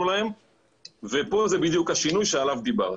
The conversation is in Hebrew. להם ופה זה בדיוק השינוי שעליו דיברת.